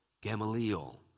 Gamaliel